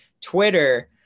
Twitter